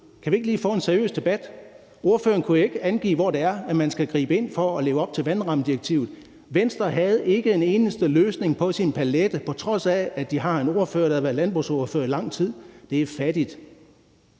Kan vi ikke lige få en seriøs debat? Ordføreren kunne jo ikke angive, hvor det er, at man skal gribe ind for at leve op til vandrammedirektivet. Venstre havde ikke en eneste løsning på sin palet, på trods af at de har en ordfører, der har været landbrugsordfører i lang tid. Det er fattigt.